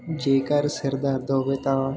ਜੇਕਰ ਸਿਰ ਦਰਦ ਹੋਵੇ ਤਾਂ